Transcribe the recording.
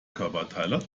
körperteile